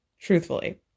truthfully